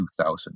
2000